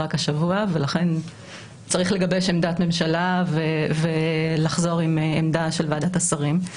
ולכן צריך לגבש עמדת ממשלה ולחזור עם עמדה של ועדת השרים.